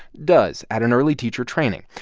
does at an early teacher training.